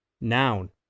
Noun